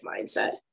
mindset